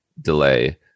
delay